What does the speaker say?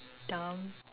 dumb